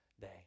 day